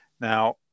now